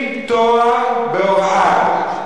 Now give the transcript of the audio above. עם תואר בהוראה,